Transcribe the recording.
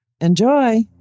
Enjoy